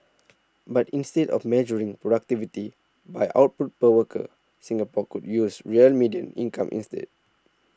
but instead of measuring productivity by output per worker Singapore could use real median income instead